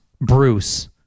Bruce